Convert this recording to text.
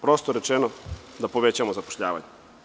Prosto rečeno, treba da povećamo zapošljavanje.